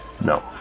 No